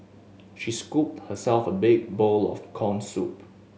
she scooped herself a big bowl of corn soup